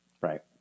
Right